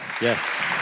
Yes